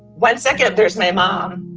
one second. there's my mom.